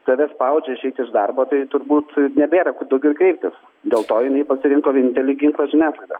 tave spaudžia išeit iš darbo tai turbūt nebėra kur daugiau kreiptis dėl to jinai pasirinko vienintelį ginklą žiniasklaidą